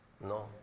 No